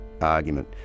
argument